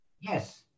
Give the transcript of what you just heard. Yes